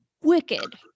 wicked